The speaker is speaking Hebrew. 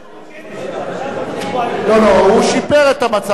שר הרווחה אומר שהוא נותן את זה,